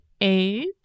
age